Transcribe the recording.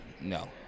no